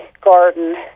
garden